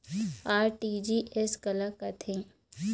RTGS काला कथें?